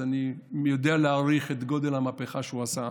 אז אני יודע להעריך את גודל המהפכה שהוא עשה אז,